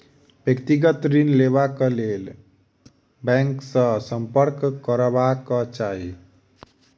व्यक्तिगत ऋण लेबाक लेल बैंक सॅ सम्पर्क करबाक चाही